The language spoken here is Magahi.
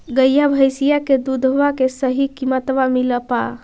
गईया भैसिया के दूधबा के सही किमतबा मिल पा?